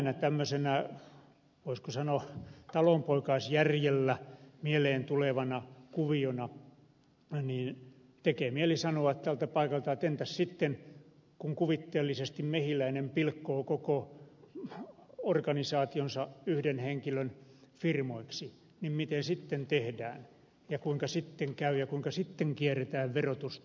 eräänä tämmöisenä voisiko sanoa talonpoikaisjärjellä mieleen tulevana kuviona tekee mieli sanoa tältä paikalta että entäs sitten kun kuvitteellisesti mehiläinen pilkkoo koko organisaationsa yhden henkilön firmoiksi miten sitten tehdään ja kuinka sitten käy ja kuinka sitten kierretään verotusta